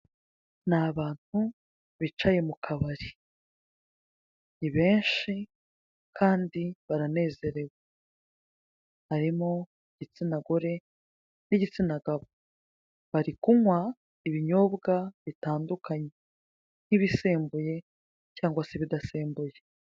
Ni abantu bicaye mu kabari ni benshi kandi baranezerewe harimo iigitsina gore n'igitsina gabo bari kunywa ibinyobwa bitandukanye nk'ibisembuye cyangwa se ibidasembuye.